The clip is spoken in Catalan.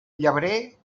llebrer